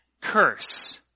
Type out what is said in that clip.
curse